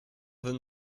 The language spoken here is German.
will